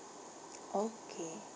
okay